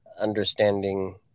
understanding